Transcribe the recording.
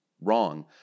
wrong